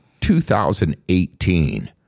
2018